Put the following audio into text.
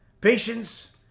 patience